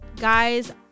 guys